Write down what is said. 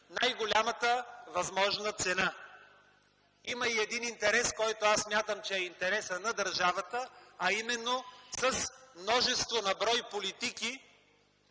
най-голямата възможна цена. Има и един интерес, който аз смятам, че е интереса на държавата, а именно: с множество на брой политики